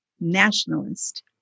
nationalist